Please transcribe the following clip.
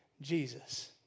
Jesus